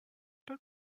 pas